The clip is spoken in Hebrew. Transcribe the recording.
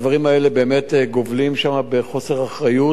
הדברים האלה באמת גובלים שם בחוסר אחריות,